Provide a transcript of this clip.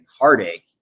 heartache